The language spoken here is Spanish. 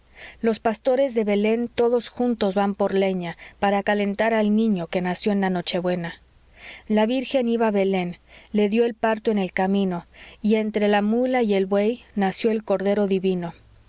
los pastores de belén todos juntos van por leña para calentar al niño que nació la nochebuena la virgen iba a belén le dió el parto en el camino y entre la mula y el buey nació el cordero divino